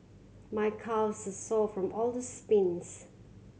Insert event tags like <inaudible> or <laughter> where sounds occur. my calves <unintelligible> sore from all the sprints